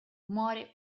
muore